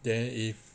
then if